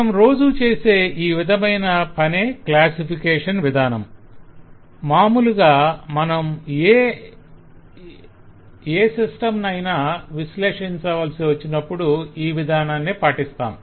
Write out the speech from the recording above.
మనం రోజూ చేసే ఈ విధమైన పనే క్లాసిఫికేషన్ విధానం మాములుగా మనం ఏ సిస్టం ను అయిన విశ్లేషించవలసివచ్చినప్పుడు ఈ విధానాన్నే పాటిస్తాం